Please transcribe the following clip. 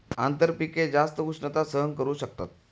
आंतरपिके जास्त उष्णता सहन करू शकतात